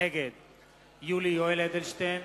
נגד יולי יואל אדלשטיין,